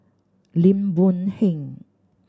Lim Boon Heng